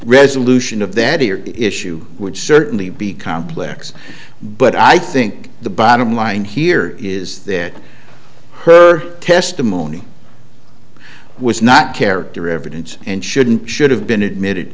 resolution of that issue would certainly be complex but i think the bottom line here is that her testimony was not character evidence and shouldn't should have been admitted